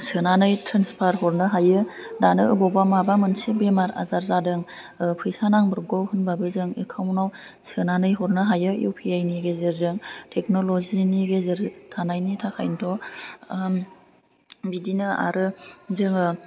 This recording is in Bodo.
सोनानै ट्रान्सफार हरनो हायो दानो अबावबा माबा मोनसे बेमार आजार जादों फैसा नांब्रबगौ होनबा बैजों एकाउन्ट नाव सोनानै हरनो हायो इउपिआइ नि गेजेरजों टेक्नल'जि नि गेजेर थानायनि थाखायन्थ' बिदिनो आरो जोङो